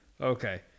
Okay